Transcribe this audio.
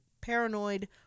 Paranoid